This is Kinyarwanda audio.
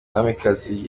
umwamikazi